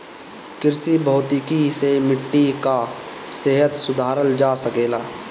कृषि भौतिकी से मिट्टी कअ सेहत सुधारल जा सकेला